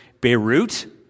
Beirut